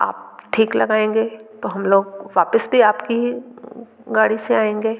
आप ठीक लगाएंगे तो हम लोग वापस भी आपके ही गाड़ी से आएंगे